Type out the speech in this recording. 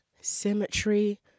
symmetry